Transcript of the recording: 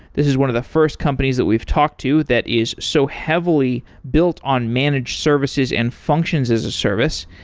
this is one of the first companies that we've talked to that is so heavily built on managed services and functions as a service.